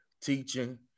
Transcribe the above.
teaching